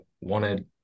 wanted